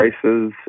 prices